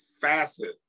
facet